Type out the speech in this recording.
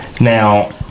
Now